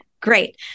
Great